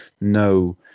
no